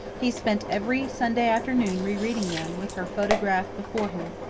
he spent every sunday afternoon re-reading them, with her photograph before him.